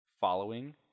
Following